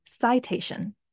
citation